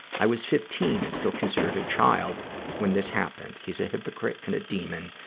i was fifteen and still considered a child when this happened. he's a hypocrite and a demon.